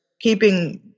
keeping